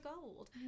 gold